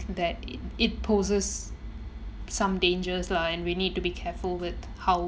that it it poses some dangers lah and we need to be careful with how